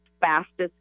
fastest